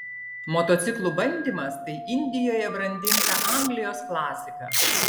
motociklų bandymas tai indijoje brandinta anglijos klasika